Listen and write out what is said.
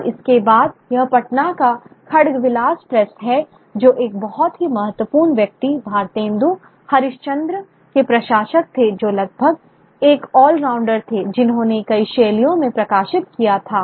और इसके बाद यह पटना का खगडविलास प्रेस है जो एक बहुत ही महत्वपूर्ण व्यक्ति भारतेन्दु हरिश्चंद्र के प्रकाशक थे जो लगभग एक ऑल राउंडर थे जिन्होंने कई शैलियों में प्रकाशित किया था